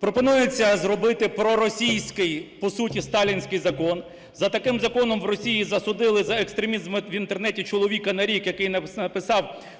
Пропонується зробити проросійський, по суті сталінський закон. За таким законом в Росії засудили за екстремізм в Інтернеті чоловіка на рік, який написав,